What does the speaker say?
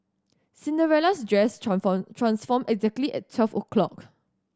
Cinderella's dress transformed exactly at twelve O clock